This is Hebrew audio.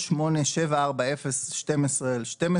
3874012/12